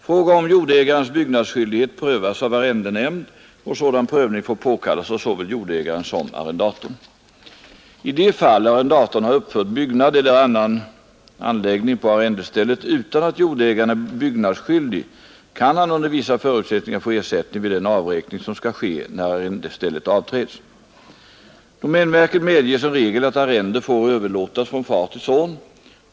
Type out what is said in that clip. Fråga om jordägarens byggnadsskyldighet prövas av arrendenämnd och sådan prövning får påkallas av såväl jordägaren som arrendatorn. I de fall arrendatorn har uppfört byggnad eller annan anläggning på arrendestället utan att jordägaren är byggnadsskyldig kan han under vissa förutsättningar få ersättning vid den avräkning som skall ske när arrendestället avträds. Domänverket medger som regel att arrende får överlåtas från far till son.